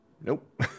nope